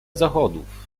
zachodów